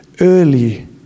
early